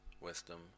wisdom